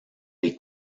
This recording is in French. les